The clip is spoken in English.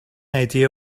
idea